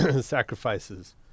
sacrifices